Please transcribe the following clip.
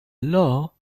law